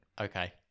okay